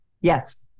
Yes